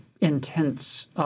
intense